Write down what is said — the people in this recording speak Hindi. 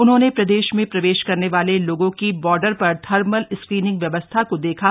उन्होंने प्रदेश में प्रवेश करने वाले लोगों की बॉर्डर पर थर्मल स्क्रीनिंग व्यवस्था को देखा